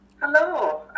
Hello